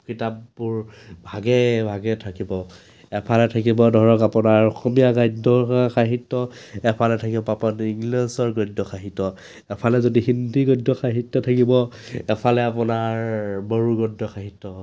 কিতাপবোৰ ভাগে ভাগে থাকিব এফালে থাকিব ধৰক আপোনাৰ অসমীয়া গদ্য় সাহিত্য এফালে থাকিব আপোনাৰ ইংলিছৰ গদ্য সাহিত্য এফালে যদি হিন্দী গদ্য সাহিত্য থাকিব এফালে আপোনাৰ বড়ো গদ্য সাহিত্য